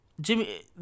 Jimmy